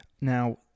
Now